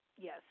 Yes